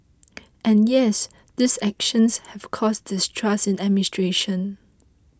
and yes these actions have caused distrust in administration